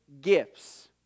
gifts